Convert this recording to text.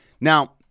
Now